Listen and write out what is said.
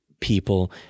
people